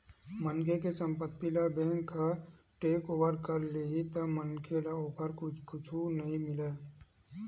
मनखे के संपत्ति ल बेंक ह टेकओवर कर लेही त मनखे ल ओखर कुछु नइ मिलय